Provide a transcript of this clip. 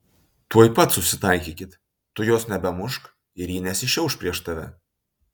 tuoj pat susitaikykit tu jos nebemušk ir ji nesišiauš prieš tave